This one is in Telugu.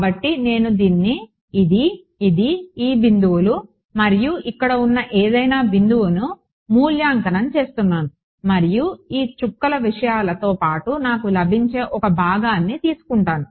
కాబట్టి నేను దీన్ని ఇది ఇది ఈ బిందువులు మరియు ఇక్కడ ఉన్న ఏదైనా బిందువును మూల్యాంకనం చేస్తున్నాను మరియు ఈ చుక్కల విషయాలతో పాటు నాకు లభించే 1 భాగాన్ని తీసుకుంటాను